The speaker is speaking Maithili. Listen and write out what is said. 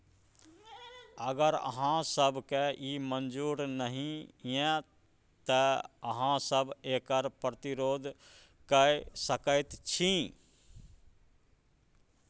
अगर अहाँ सभकेँ ई मजूर नहि यै तँ अहाँ सभ एकर प्रतिरोध कए सकैत छी